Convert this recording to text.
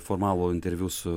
formalų interviu su